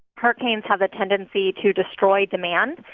hurricanes have a tendency to destroy demand.